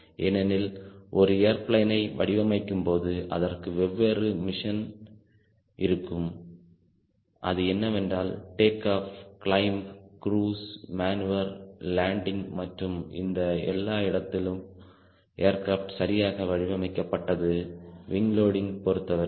ஏனெனில் ஒரு ஏர்பிளேனை வடிவமைக்கும்போது அதற்கு வெவ்வேறு மிஷன் இருக்கும் அது என்னவென்றால் take off climb cruise manoeuvre landing மற்றும் இந்த எல்லா இடத்திலும் ஏர்கிராப்ட் சரியாக வடிவமைக்கப்பட்டது விங் லோடிங் பொறுத்தவரை